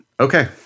Okay